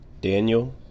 Daniel